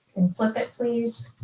and flip it please.